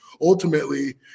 ultimately